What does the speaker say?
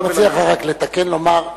אני מציע לך רק לתקן ולומר,